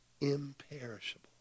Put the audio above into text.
Imperishable